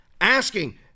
asking